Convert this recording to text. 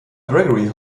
gregory